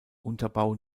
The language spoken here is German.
unterbau